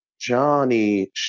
Johnny